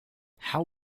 how